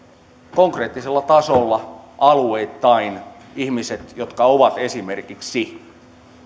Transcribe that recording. konkreettisella tasolla alueittain ihmiset jotka ovat esimerkiksi